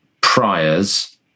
priors